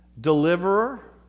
deliverer